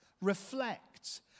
Reflect